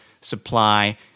supply